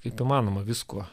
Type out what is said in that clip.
kaip įmanoma viskuo